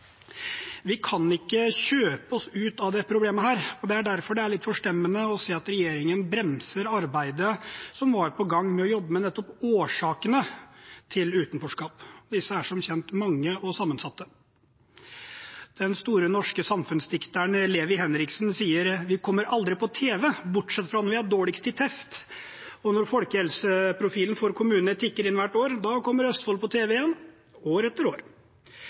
vi ser nå, fortsetter. Vi kan ikke kjøpe oss ut av dette problemet. Det er derfor litt forstemmende å se at regjeringen bremser arbeidet som var på gang med å jobbe med nettopp årsakene til utenforskap. Disse er som kjent mange og sammensatte. Den store, norske samfunnsdikteren Levi Henriksen sier: Vi kommer aldri på tv, bortsett fra når vi er dårligst i test. Når folkehelseprofilen for kommunene tikker inn hvert år, kommer Østfold på tv igjen, år etter år.